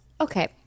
Okay